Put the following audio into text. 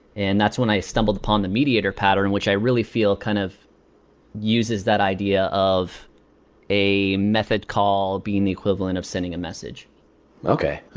and that's when i stumbled upon the mediator pattern which i really feel kind of uses that idea a method call being equivalent of sending a message okay.